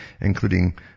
including